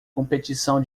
competição